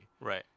Right